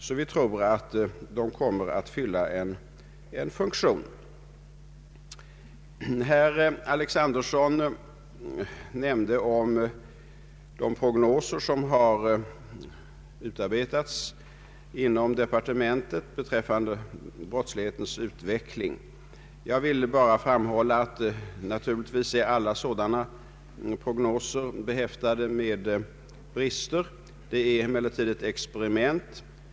Vi tror därför att dessa hotell kommer att fylla en funktion. Herr Alexanderson nämnde de prognoser som har utarbetats inom departementet beträffande brottslighetens utveckling. Jag vill nu bara framhålla att naturligtvis alla sådana prognoser är behäftade med brister. Det är emellertid ett experiment.